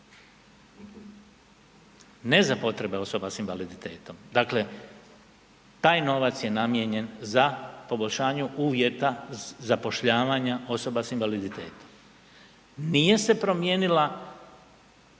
Ne za potrebe osoba sa invaliditetom, dakle taj novac je namijenjen za poboljšanju uvjeta zapošljavanja osoba sa invaliditetom. Nije se promijenila